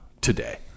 today